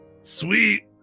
sweet